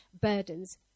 burdens